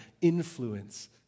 influence